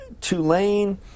Tulane